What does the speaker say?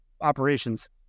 operations